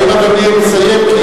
האם אדוני מסיים?